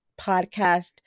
podcast